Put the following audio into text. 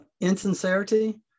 insincerity